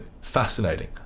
fascinating